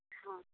हाँ